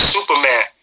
Superman